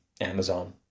Amazon